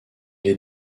est